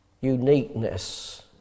uniqueness